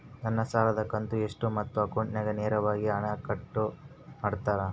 ನನ್ನ ಸಾಲದ ಕಂತು ಎಷ್ಟು ಮತ್ತು ಅಕೌಂಟಿಂದ ನೇರವಾಗಿ ಹಣ ಕಟ್ ಮಾಡ್ತಿರಾ?